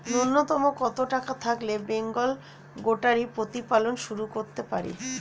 নূন্যতম কত টাকা থাকলে বেঙ্গল গোটারি প্রতিপালন শুরু করতে পারি?